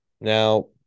Now